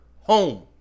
home